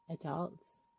adults